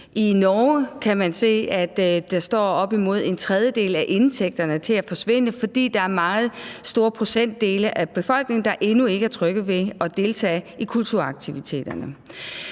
I Norge kan man se, at op imod en tredjedel af indtægterne står til at forsvinde, fordi der er en meget stor procentdel af befolkningen, der endnu ikke er trygge ved at deltage i kulturaktiviteterne.